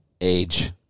age